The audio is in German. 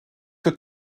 für